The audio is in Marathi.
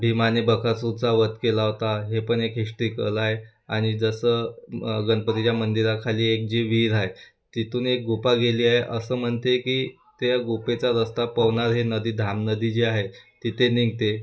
भिमाने बकासूरचा वध केला होता हे पण एक हिस्टिकल आहे आणि जसं गणपतीच्या मंदिराखाली एक जी विहीर आहे तिथून एक गुफा गेली आहे असं म्हणते की त्या गुफेचा रस्ता पवनार हे नदी धाम नदी जी आहे तिथे निघते